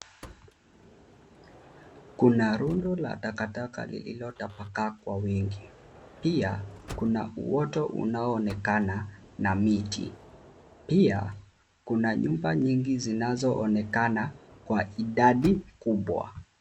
Kuna rundo la takataka lililo tapakaa kwa wingi pia kuna uoto unao onekana na miti pia kuna nyumba nyingi zinazoonekana kwa idadi kubwa.